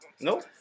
Nope